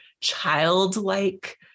childlike